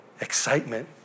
excitement